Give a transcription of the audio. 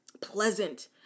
pleasant